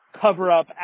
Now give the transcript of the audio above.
cover-up